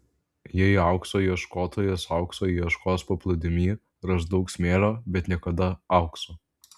jei aukso ieškotojas aukso ieškos paplūdimy ras daug smėlio bet niekada aukso